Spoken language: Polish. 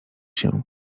się